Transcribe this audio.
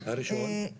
הוואנים,